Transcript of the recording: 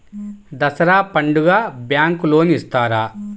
దసరా పండుగ bank loan ఇస్తారా?